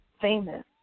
famous